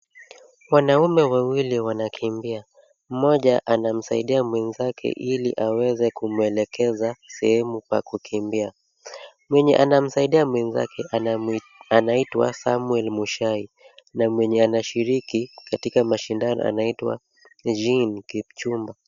Wanaume wawili wanakimbia. Mmoja anamsaidia mwenzake ili aweze kumwelekeza sehemu pa kukimbia. Mwenye anamsaidia mwenzake anaitwa Samwel Mushai na mwenye anashiriki katika mashindano anaitwa Jean Kipchumba.